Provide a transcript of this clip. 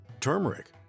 Turmeric